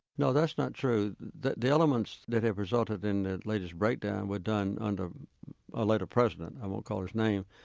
no, that's not true. the the elements that have resulted in the latest breakdown were done under a later president, i won't call his name.